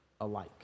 alike